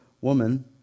woman